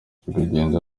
rwigenza